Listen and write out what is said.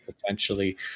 potentially